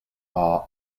are